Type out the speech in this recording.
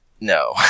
No